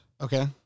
Okay